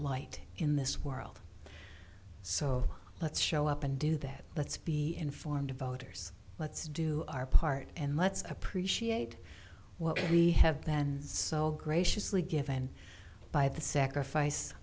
light in this world so let's show up and do that let's be informed voters let's do our part and let's appreciate what we have then so graciously given by the sacrifice